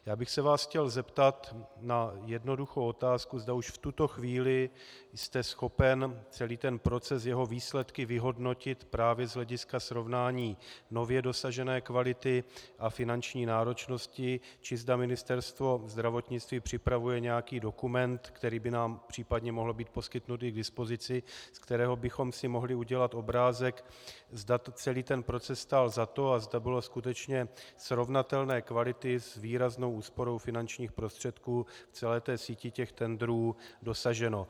Já bych se vás chtěl zeptat na jednoduchou otázku, zda už v tuto chvíli jste schopen celý ten proces, jeho výsledky vyhodnotit právě z hlediska srovnání nově dosažené kvality a finanční náročnosti, či zda Ministerstvo zdravotnictví připravuje nějaký dokument, který by nám případně mohl být poskytnutý k dispozici, ze kterého bychom si mohli udělat obrázek, zda celý proces stál za to a zda bylo skutečně srovnatelné kvality s výraznou úsporou finančních prostředků v celé té síti těch tendrů dosaženo.